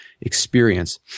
experience